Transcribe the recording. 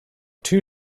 two